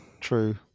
True